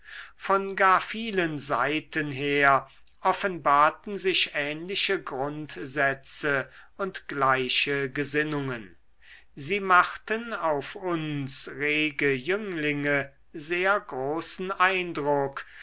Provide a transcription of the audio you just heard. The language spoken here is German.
von gar vielen seiten her offenbarten sich ähnliche grundsätze und gleiche gesinnungen sie machten auf uns rege jünglinge sehr großen eindruck